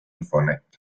infonet